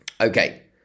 okay